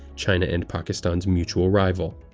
china and pakistan's mutual rival.